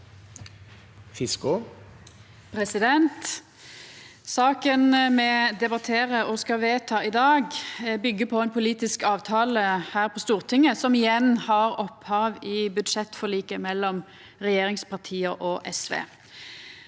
Fiskaa (SV) Saka me debatterer og skal vedta i dag, byggjer på ein politisk avtale her på Stortinget som igjen har opphav i budsjettforliket mellom regjeringspartia og SV.